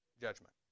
Judgment